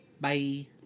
Bye